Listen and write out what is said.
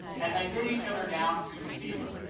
and they bid each other down to zero.